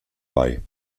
bei